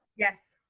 yes.